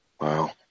Wow